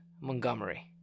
Montgomery